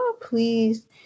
please